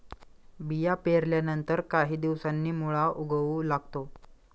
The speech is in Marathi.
बिया पेरल्यानंतर काही दिवसांनी मुळा उगवू लागतो